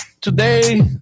Today